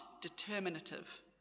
determinative